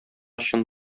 чын